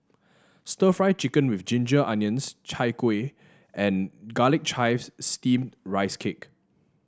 stir Fry Chicken with Ginger Onions Chai Kueh and Garlic Chives Steamed Rice Cake